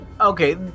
Okay